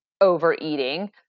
overeating